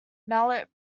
mallet